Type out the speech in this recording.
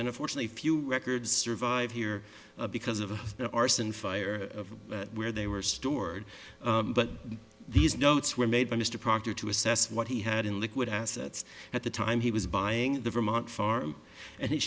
and unfortunately few records survive here because of arson fire where they were stored but these notes were made by mr proctor to assess what he had in liquid assets at the time he was buying the vermont farm and it